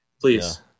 please